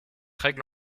règle